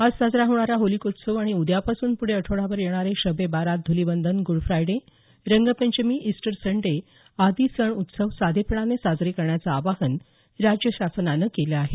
आज साजरा होणारा होलिकोत्सव आणि उद्यापासून पुढे आठवडाभर येणारे Shab e Barat Dhulivandan Good Friday Rangpanchami Easter Sunday आदी सण उत्सव साधेपणानं साजरे करण्याचं आवाहन राज्य शासनानं केलं आहे